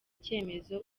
icyemezo